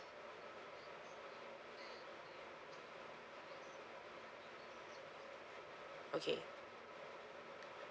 okay